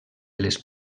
les